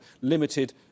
limited